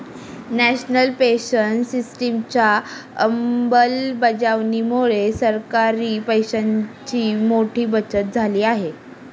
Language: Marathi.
नॅशनल पेन्शन सिस्टिमच्या अंमलबजावणीमुळे सरकारी पैशांची मोठी बचत झाली आहे